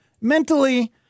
Mentally